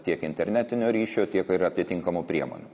tiek internetinio ryšio tiek ir atitinkamų priemonių